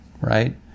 right